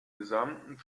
gesamten